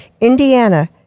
Indiana